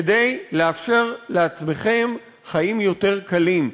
כדי לאפשר לעצמכם חיים יותר קלים.